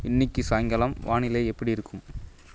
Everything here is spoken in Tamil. இன்னைக்கு சாயங்காலம் வானிலை எப்படி இருக்கும்